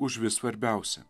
užvis svarbiausia